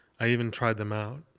i even tried them out.